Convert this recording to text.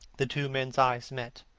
the two men's eyes met.